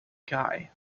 guy